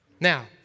Now